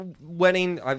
wedding